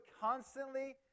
constantly